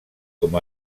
com